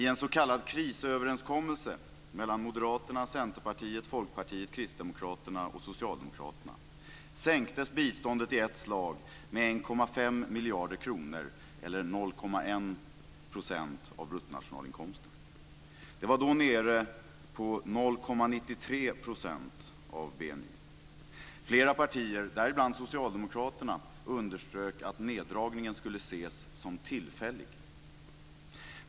I en s.k. krisöverenskommelse mellan Moderaterna, Centerpartiet, Folkpartiet, Kristdemokraterna och Socialdemokraterna sänktes biståndet i ett slag med 1,5 miljarder kronor eller 0,1 % av bruttonationalinkomsten. Biståndet var då nere på 0,93 % av BNI. Flera partier, däribland Socialdemokraterna, underströk att neddragningen skulle ses som tillfällig.